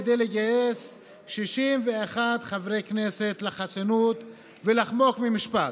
כדי לגייס 61 חברי כנסת לחסינות ולחמוק ממשפט.